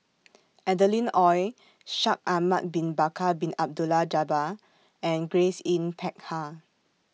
Adeline Ooi Shaikh Ahmad Bin Bakar Bin Abdullah Jabbar and Grace Yin Peck Ha